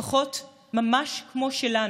משפחות ממש כמו שלנו,